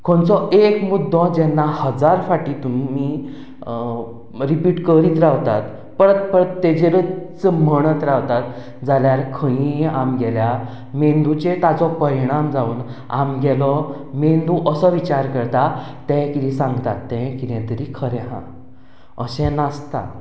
खंयचो एक मुद्दो जेन्ना हजार फावटी तुमी रिपीट करीत रावतात परत परत ताचेरच म्हणत रावतात जाल्यार खंयूय आमच्या मेंदूचेर ताजो परिणाम जावन आमचो मेंदू असो विचार करता ते कितें सांगतात तें तें कितें तरी खरें आसा अशें नासता